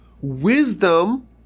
wisdom